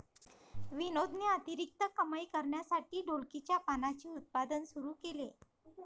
विनोदने अतिरिक्त कमाई करण्यासाठी ढोलकीच्या पानांचे उत्पादन सुरू केले